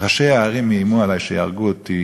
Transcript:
ראשי הערים איימו עלי שיהרגו אותי